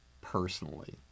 personally